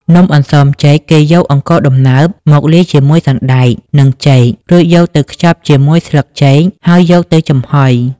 នំអន្សមចេក គេយកអង្ករដំណើបមកលាយជាមួយសណ្ដែក និងចេក រួចយកទៅខ្ចប់ជាមួយស្លឹកចេកហើយយកទៅចំហុយ។